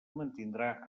mantindrà